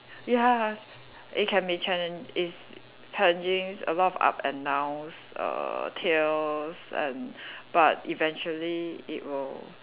ya it can be challenge it's challenging a lots of up and downs err tears and but eventually it will